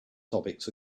topics